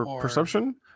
Perception